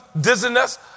dizziness